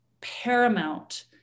paramount